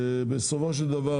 בסופו של דבר,